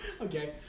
Okay